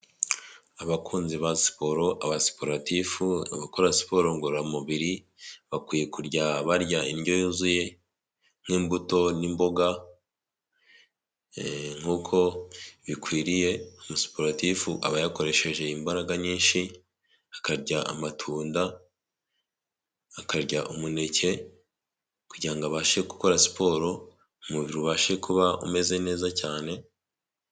Abakunzi ba siporo, abasiporatifu abakora siporo ngororamubiri, bakwiye barya indyo yuzuye nk'imbuto n'imboga, nkuko bikwiriye umusuperatifu aba yakoresheje imbaraga nyinshi, akarya amatunda, akarya umuneke, kugirango abashe gukora siporo, umubiri ubashe kuba umeze neza cyane.